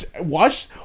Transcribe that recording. Watch